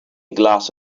glass